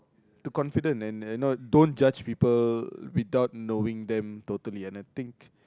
to confident and and not don't judge people without knowing them totally and I think